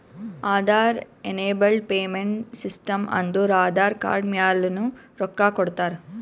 Aadhaar enabled payment system ಅಂದುರ್ Aadhaar card ಮ್ಯಾಲನು ರೊಕ್ಕಾ ಕೊಡ್ತಾರ